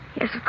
Yes